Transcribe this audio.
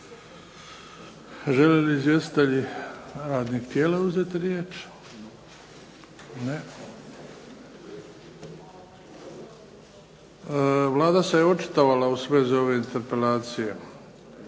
Žele li izvjestitelji radnih tijela uzeti riječ? Ne. Vlada se očitovala u svezi ove interpelacije.